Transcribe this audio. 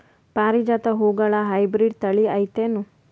ಪಾರಿಜಾತ ಹೂವುಗಳ ಹೈಬ್ರಿಡ್ ಥಳಿ ಐತೇನು?